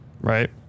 right